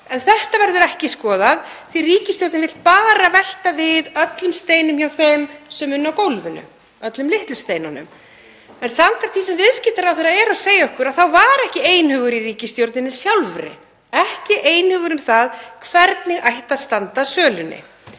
En þetta verður ekki skoðað því að ríkisstjórnin vill bara velta við öllum steinum hjá þeim sem vinna á gólfinu, öllum litlu steinunum. Hins vegar, samkvæmt því sem viðskiptaráðherra er að segja okkur, var ekki einhugur í ríkisstjórninni sjálfri, ekki einhugur um það hvernig ætti að standa að sölunni.